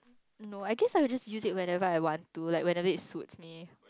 no I guess I'll just use it whenever I want to like whenever it suits me